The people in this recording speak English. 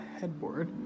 headboard